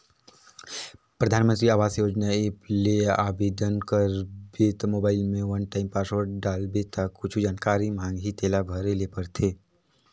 परधानमंतरी आवास योजना ऐप ले आबेदन करबे त मोबईल में वन टाइम पासवर्ड डालबे ता कुछु जानकारी मांगही तेला भरे ले परथे